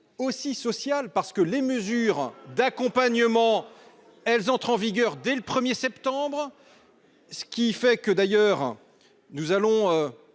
aussi sociale parce que les mesures d'accompagnement. Elles entrent en vigueur dès le 1er septembre. Ce qui fait que d'ailleurs nous allons